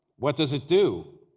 what does it do?